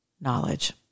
knowledge